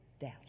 doubt